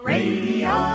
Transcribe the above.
Radio